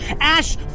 Ash